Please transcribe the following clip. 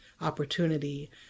opportunity